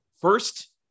First